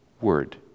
word